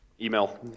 Email